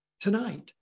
tonight